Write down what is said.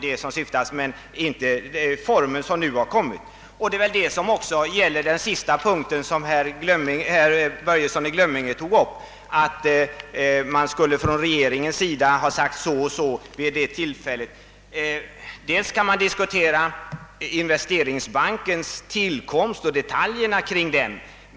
Det sagda gäller även beträffande den sista punkten i herr Börjessons i Glömminge anförande, när han sade att regeringen sagt så och så vid ett visst tillfälle, när man diskuterat investe ringsbankens tillkomst och detaljerna kring den.